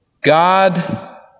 God